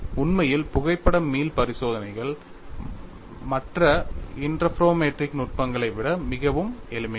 உண்மையில் புகைப்பட மீள் பரிசோதனைகள் மற்ற இன்டர்ஃபெரோமெட்ரிக் நுட்பங்களை விட மிகவும் எளிமையானவை